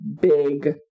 big